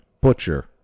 butcher